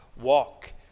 walk